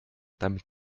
damit